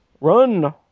Run